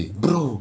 bro